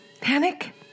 Panic